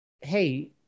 hey